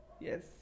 yes